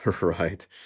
Right